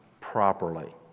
properly